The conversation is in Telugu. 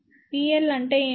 Pl అంటే ఏమిటి